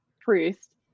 priest